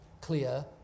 clear